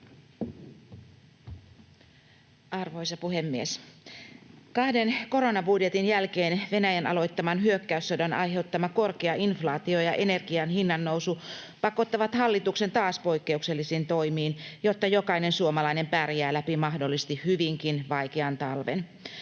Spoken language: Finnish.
Arvoisa puhemies! Kahden koronabudjetin jälkeen Venäjän aloittaman hyökkäyssodan aiheuttama korkea inflaatio ja energian hinnannousu pakottavat hallituksen taas poikkeuksellisiin toimiin, jotta jokainen suomalainen pärjää läpi mahdollisesti hyvinkin vaikean talven.